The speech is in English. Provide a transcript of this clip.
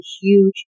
huge